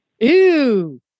Ew